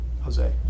Jose